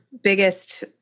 biggest